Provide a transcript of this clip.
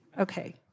Okay